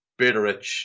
Bitterich